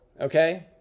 Okay